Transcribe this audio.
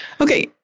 okay